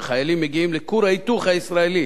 שחיילים מגיעים לכור ההיתוך הישראלי